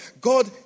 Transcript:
God